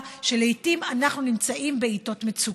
שלעיתים אנחנו נמצאים בעיתות מצוקה.